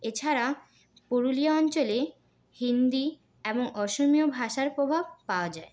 এছাড়া পুরুলিয়া অঞ্চলে হিন্দি এবং অসমিয় ভাষার প্রভাব পাওয়া যায়